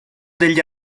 degli